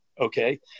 okay